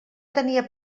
tenia